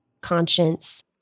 Conscience